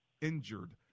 injured